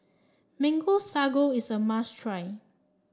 Mango Sago is a must try